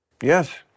Yes